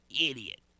idiot